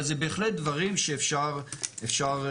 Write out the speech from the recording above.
אבל זה בהחלט דברים שאפשר לעשות.